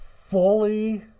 fully